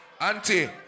auntie